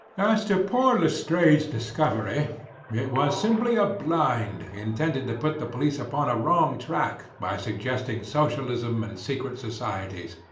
as to poor lestrade's discovery it was simply a blind intended to put the police upon a wrong track, by suggesting socialism and secret societies.